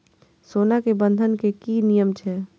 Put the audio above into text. सोना के बंधन के कि नियम छै?